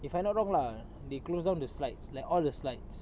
if I'm not wrong lah they closed down the slides like all the slides